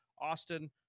Austin